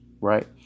right